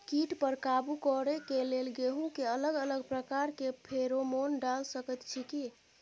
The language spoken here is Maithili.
कीट पर काबू करे के लेल गेहूं के अलग अलग प्रकार के फेरोमोन डाल सकेत छी की?